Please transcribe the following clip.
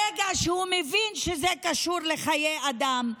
ברגע שהוא מבין שזה קשור לחיי אדם,